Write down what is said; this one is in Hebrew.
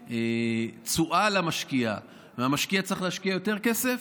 תשואה למשקיע והמשקיע צריך להשקיע יותר כסף,